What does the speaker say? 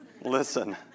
Listen